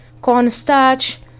cornstarch